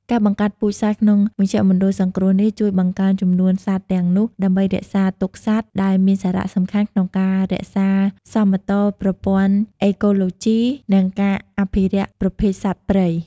ការបង្កាត់ពូជសត្វក្នុងមជ្ឈមណ្ឌលសង្គ្រោះនេះ ជួយបង្កើនចំនួនសត្វទាំងនោះ ដើម្បីរក្សាទុកសត្វ ដែលមានសារៈសំខាន់ក្នុងការរក្សាសមតុល្យប្រព័ន្ធអេកូឡូជី និងការអភិរក្សប្រភេទសត្វព្រៃ។